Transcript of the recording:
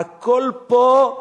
הכול פה,